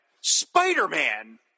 spider-man